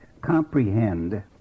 comprehend